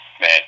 Man